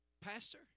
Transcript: Pastor